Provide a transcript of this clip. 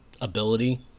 ability